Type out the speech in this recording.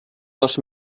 dos